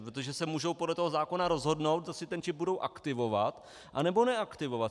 Protože se můžou podle toho zákona rozhodnout, jestli ten čip budou aktivovat, anebo neaktivovat.